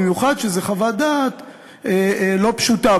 במיוחד שזו חוות דעת לא פשוטה,